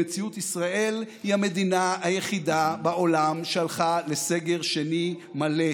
במציאות ישראל היא המדינה היחידה בעולם שהלכה לסגר שני מלא.